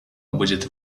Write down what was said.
будет